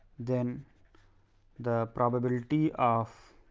then the probability of